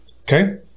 okay